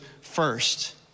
first